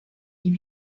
die